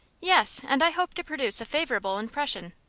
yes and i hope to produce a favorable impression.